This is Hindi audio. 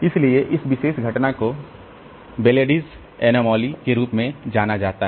इसलिए इस विशेष घटना को बेलेडीस अनामलीज़Belady's anomaly के रूप में जाना जाता है